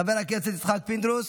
חבר הכנסת יצחק פינדרוס,